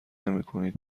نمیکنید